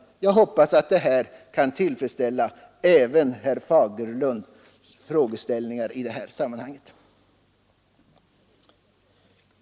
Jag hoppas att detta kan tillfredsställa även herr Fagerlund i det här sammanhanget.